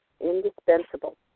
indispensable